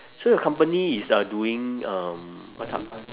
so your company is uh doing um what type